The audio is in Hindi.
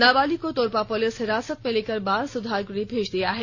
नाबालिग को तोरपा पुलिस हिरासत में लेकर बाल सुधार गृह भेज दिया है